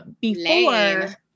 Before-